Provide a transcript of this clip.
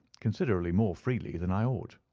considerably more freely than i ought.